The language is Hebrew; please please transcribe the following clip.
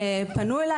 פנו אליי,